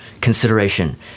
consideration